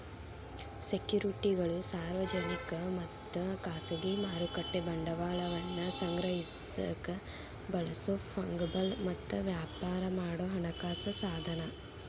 ಸೆಕ್ಯುರಿಟಿಗಳು ಸಾರ್ವಜನಿಕ ಮತ್ತ ಖಾಸಗಿ ಮಾರುಕಟ್ಟೆ ಬಂಡವಾಳವನ್ನ ಸಂಗ್ರಹಿಸಕ ಬಳಸೊ ಫಂಗಬಲ್ ಮತ್ತ ವ್ಯಾಪಾರ ಮಾಡೊ ಹಣಕಾಸ ಸಾಧನ